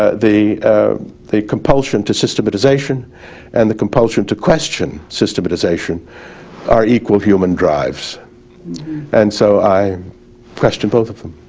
ah the ah the compulsion to systematization and the compulsion to question systematization are equal human drives and so i question both of them.